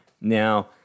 Now